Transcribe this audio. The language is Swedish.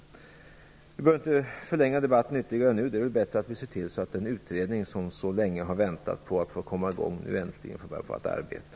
Vi behöver inte nu förlänga debatten ytterligare. Det är bättre att vi ser till att den utredning som så länge har väntat på att få komma i gång nu äntligen får börja arbeta.